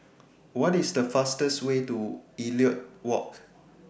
What IS The fastest Way to Elliot Walk